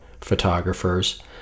photographers